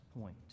point